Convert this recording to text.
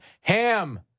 Ham